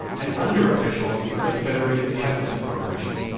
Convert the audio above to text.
an underofficial of the earth federated catalyst corporation.